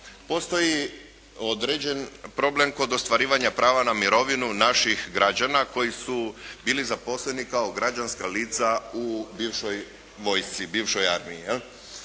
Postoji određeni problem kod ostvarivanja prava na mirovinu naših građana koji su bili zaposleni kao građanska lica u bivšoj vojsci, bivšoj armiji.